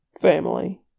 family